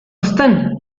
uzten